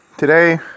Today